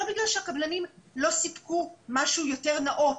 לא בגלל שהקבלנים לא סיפקו משהו יותר נאות,